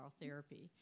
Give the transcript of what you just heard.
therapy